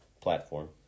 platform